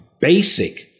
basic